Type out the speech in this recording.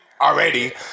already